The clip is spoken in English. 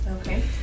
Okay